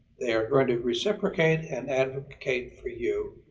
they are going to reciprocate and advocate for you.